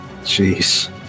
Jeez